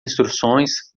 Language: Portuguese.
instruções